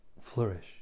flourish